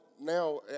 now